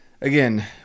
Again